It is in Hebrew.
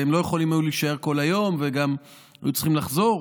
והם לא היו יכולים להישאר כל היום וגם היו צריכים לחזור.